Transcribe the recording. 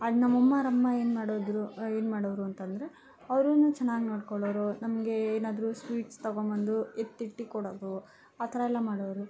ಆಗ್ ನಮ್ಮಮ್ಮೋರು ಅಮ್ಮ ಏನು ಮಾಡಿದ್ರು ಏನು ಮಾಡೋರು ಅಂತಂದ್ರೆ ಅವರೂನು ಚೆನ್ನಾಗಿ ನೋಡ್ಕೊಳ್ಳೋರು ನಮಗೆ ಏನಾದರೂ ಸ್ವೀಟ್ಸ್ ತಗೊಂಡ್ಬಂದು ಎತ್ತಿಟ್ಟು ಕೊಡೋದು ಆ ಥರಯೆಲ್ಲ ಮಾಡೋರು